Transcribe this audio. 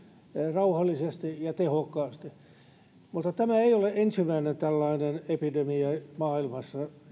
rauhallisesti ja tehokkaasti tämä ei ole ensimmäinen tällainen epidemia maailmassa